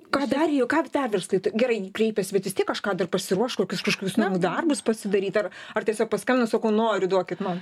ką dar jie ką dar verslai gerai kreipėsi bet vis tiek kažką dar pasiruoš kokius kažkokius namų darbus pasidaryt ar ar tiesiog paskambina sako noriu duokit man